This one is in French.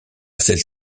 celle